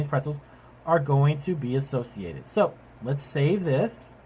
pretzels are going to be associated. so let's save this.